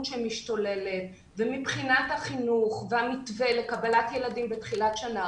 שמשתוללת ומבחינת החינוך והמתווה לקבלת ילדים בתחילת שנה,